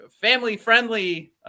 family-friendly